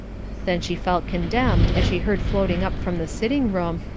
then she felt condemned as she heard floating up from the sitting-room,